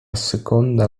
seconda